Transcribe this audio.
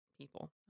people